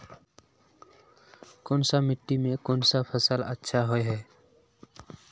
कोन सा मिट्टी में कोन फसल अच्छा होय है?